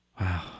Wow